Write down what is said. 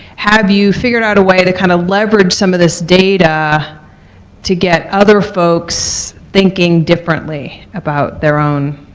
have you figured out a way to kind of leverage some of this data to get other folks thinking differently about their own